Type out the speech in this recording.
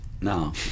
No